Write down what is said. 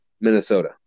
minnesota